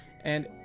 and-